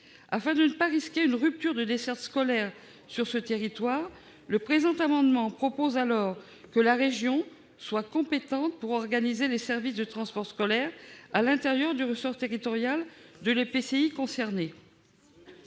Afin de ne pas risquer une rupture de desserte scolaire sur ce territoire, cet amendement vise à faire en sorte que la région soit compétente pour organiser les services de transport scolaire à l'intérieur du ressort territorial de l'EPCI concerné.